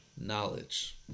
knowledge